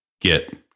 get